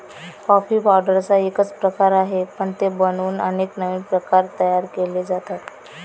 coffee पावडरचा एकच प्रकार आहे, पण ते बनवून अनेक नवीन प्रकार तयार केले जातात